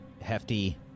Hefty